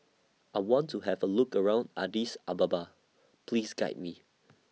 I want to Have A Look around Addis Ababa Please Guide We